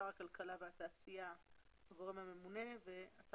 שר הכלכלה והתעשייה הוא הגורם הממונה ומקום הפרסום